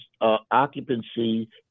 occupancy